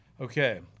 Okay